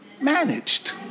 managed